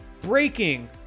breaking